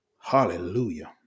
Hallelujah